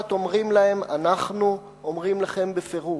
אומרים להם: אנחנו אומרים לכם בפירוש,